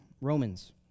Romans